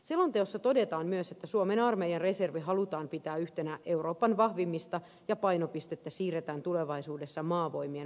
selonteossa todetaan myös että suomen armeijan reservi halutaan pitää yhtenä euroopan vahvimmista ja painopistettä siirretään tulevaisuudessa maavoimien alueellisten joukkojen kehittämiseen